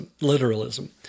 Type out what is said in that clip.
literalism